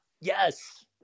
Yes